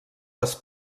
les